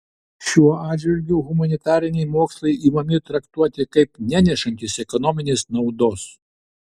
šiuo atžvilgiu humanitariniai mokslai imami traktuoti kaip nenešantys ekonominės naudos